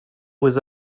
was